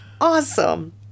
awesome